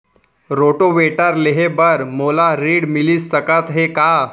Rotavator लेहे बर मोला ऋण मिलिस सकत हे का?